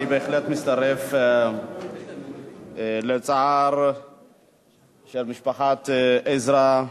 אני בהחלט מצטרף לצער של משפחת עזרא.